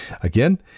Again